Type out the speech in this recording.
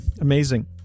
Amazing